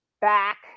back